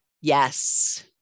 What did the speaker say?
Yes